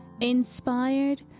Inspired